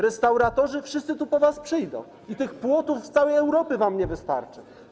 restauratorzy - wszyscy tu po was przyjdą i tych płotów z całej Europy wam nie wystarczy.